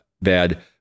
bad